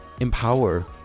empower